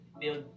build